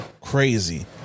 Crazy